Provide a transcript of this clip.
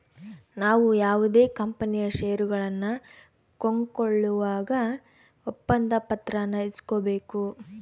ನಾವು ಯಾವುದೇ ಕಂಪನಿಯ ಷೇರುಗಳನ್ನ ಕೊಂಕೊಳ್ಳುವಾಗ ಒಪ್ಪಂದ ಪತ್ರಾನ ಇಸ್ಕೊಬೇಕು